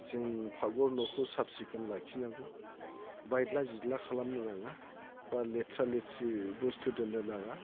जों पाखघर न'खौ साब सिखोन लाखिनांगौ बायला जिदला खालामनो नाङा बा लेथ्रा लेथ्रि बुस्थु दोननो नाङा